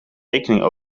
rekening